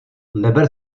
neber